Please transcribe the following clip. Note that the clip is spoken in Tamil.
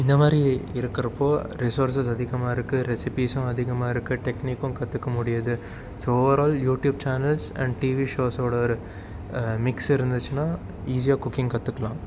இந்த மாதிரி இருக்கிறப்போ ரிசோர்ஸஸ் அதிகமாக இருக்குது ரெசிபீஸும் அதிகமாக இருக்குது டெக்னிக்கும் கற்றுக்க முடியுது so overall YouTube channels and TV ஷோஸோடய ஒரு மிக்ஸ் இருந்துச்சின்னால் ஈஸியாக குக்கிங் கற்றுக்கலாம்